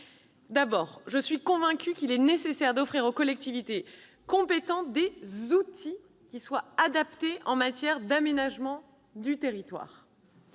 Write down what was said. D'abord, je suis convaincue qu'il est nécessaire d'offrir aux collectivités compétentes des outils adaptés en matière d'aménagement du territoire.